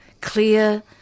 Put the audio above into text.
clear